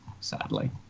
sadly